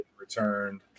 returned